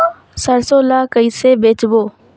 सरसो ला कइसे बेचबो?